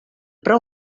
prou